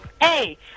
Hey